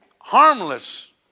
harmless